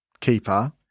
keeper